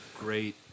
Great